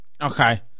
Okay